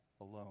alone